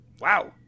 Wow